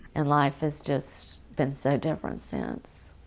and life has just been so different since.